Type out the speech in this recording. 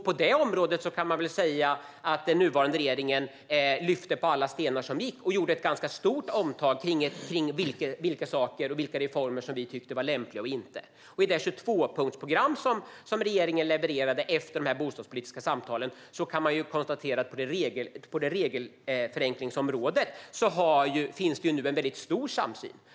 På det området kan man väl säga att den nuvarande regeringen lyfte på alla stenar som gick att lyfta och gjorde ett ganska stort omtag kring vilka reformer som vi tyckte var lämpliga och inte. Efter de bostadspolitiska samtalen levererade regeringen ett 22-punktsprogram, och på regelförenklingsområdet finns det nu en stor samsyn.